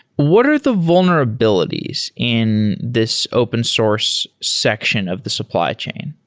what are the vulnerabilities in this open-source section of the supply chain?